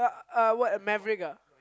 uh what Maverick ah